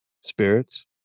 spirits